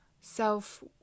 self